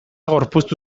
gorpuztu